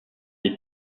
les